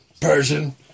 Persian